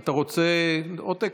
אתה רוצה עותק?